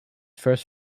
first